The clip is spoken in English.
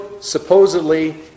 supposedly